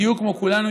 בדיוק כמו כולנו,